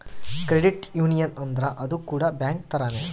credit union ಅಂದ್ರ ಅದು ಕೂಡ ಬ್ಯಾಂಕ್ ತರಾನೇ